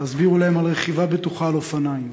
הסבירו להם על רכיבה בטוחה על אופניים,